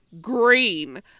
green